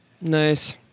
Nice